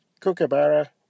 Kookaburra